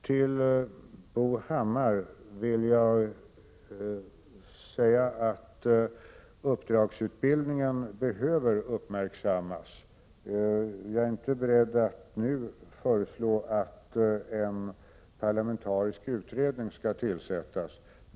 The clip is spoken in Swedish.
Till Bo Hammar vill jag säga att uppdragsutbildningen behöver uppmärksammas. Jag är inte beredd att nu föreslå att en parlamentarisk utredning skall tillsättas.